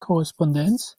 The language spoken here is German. korrespondenz